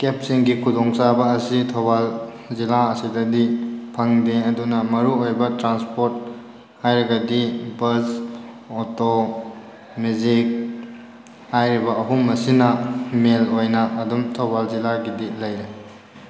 ꯀꯦꯞꯁꯤꯡꯒꯤ ꯈꯨꯗꯣꯡ ꯆꯥꯕ ꯑꯁꯤ ꯊꯧꯕꯥꯜ ꯖꯤꯂꯥ ꯑꯁꯤꯗꯗꯤ ꯐꯪꯗꯦ ꯑꯗꯨꯅ ꯃꯔꯨꯑꯣꯏꯕ ꯇ꯭ꯔꯥꯟꯁꯄꯣꯔꯠ ꯍꯥꯏꯔꯒꯗꯤ ꯕꯁ ꯑꯣꯇꯣ ꯃꯦꯖꯤꯛ ꯍꯥꯏꯔꯤꯕ ꯑꯍꯨꯝ ꯑꯁꯤꯅ ꯃꯦꯟ ꯑꯣꯏꯅ ꯑꯗꯨꯝ ꯊꯧꯕꯥꯜ ꯖꯤꯂꯥꯒꯤꯗꯤ ꯂꯩꯔꯦ